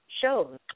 shows